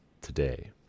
today